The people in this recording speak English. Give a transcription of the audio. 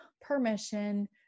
permission